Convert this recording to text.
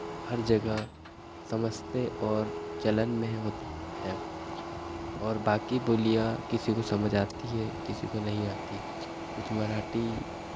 हर जगह समझते और चलन में है और बाकी बोलियाँ किसी को समझ आती है किसी को नहीं आती कुछ मराठी